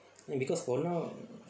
and because for now